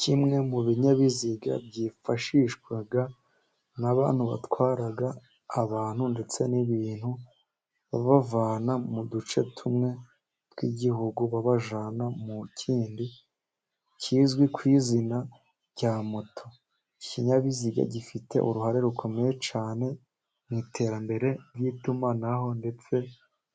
Kimwe mu binyabiziga byifashishwa n'abantu, batwara abantu, ndetse n'ibintu, babavana mu duce tumwe tw'igihugu, babajyana mu kindi kizwi ku izina rya moto. Ikinyabiziga gifite uruhare rukomeye cyane, mu iterambere ry'itumanaho, ndetse